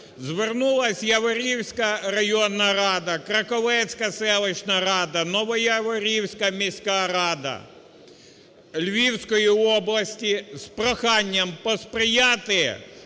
звернулась Яворівська районна рада, Краковецька селищна рада, Новояворівська міська рада Львівської області з прохання посприяти